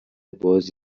باز